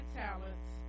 talents